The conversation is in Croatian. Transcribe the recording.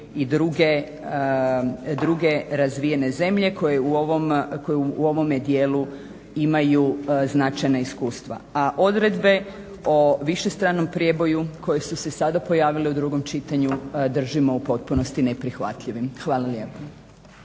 i druge razvijene zemlje koje u ovome dijelu imaju značajna iskustva. A odredbe o višestranom prijeboju koje su se sada pojavile u drugom čitanju držimo u potpunosti neprihvatljivim. Hvala lijepo.